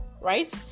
right